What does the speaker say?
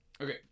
okay